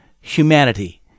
humanity